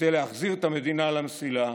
כדי להחזיר את המדינה למסילה,